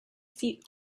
seat